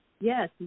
yes